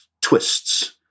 twists